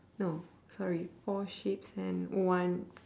no sorry four sheeps and one